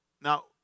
Now